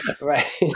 right